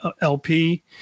lp